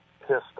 pistol